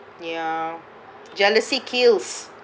ya jealousy kills